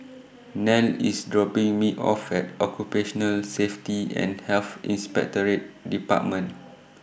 Nell IS dropping Me off At Occupational Safety and Health Inspectorate department